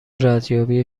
ردیابی